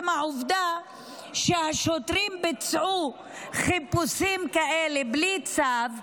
העובדה שהשוטרים ביצעו חיפושים כאלה בלי צו,